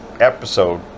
episode